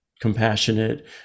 compassionate